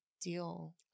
deal